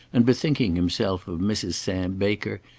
and bethinking himself of mrs. sam baker,